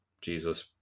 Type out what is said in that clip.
jesus